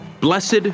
Blessed